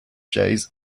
jays